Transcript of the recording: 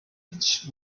beach